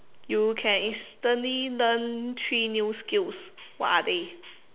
you can instantly learn three new skills what are they